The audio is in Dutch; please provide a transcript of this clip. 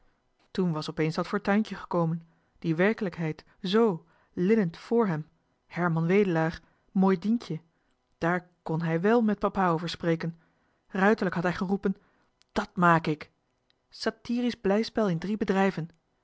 toen was opeens dat fortuintje gekomen die werkelijkheid z lillend vr hem herman wedelaar mooi dientje daar kon hij wel met papa over spreken ruiterlijk had hij geroepen dat maak ik satyrisch blijspel in drie bedrijven